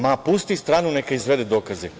Ma, pusti stranu neka izvede dokaze.